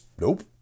nope